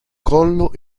collo